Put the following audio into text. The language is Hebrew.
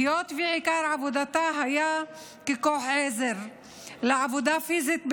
היות שעיקר עבודתה הוא כוח עזר לעבודה פיזית בלבד.